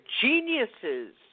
geniuses